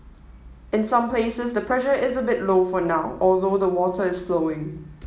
in some places the pressure is a bit low for now although the water is flowing